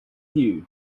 you